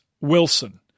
Wilson